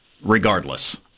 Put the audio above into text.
regardless